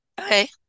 Okay